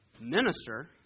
minister